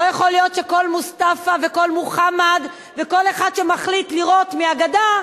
לא יכול להיות שכל מוסטפא וכל מוחמד וכל אחד שמחליט לירות מהגדה,